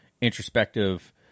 introspective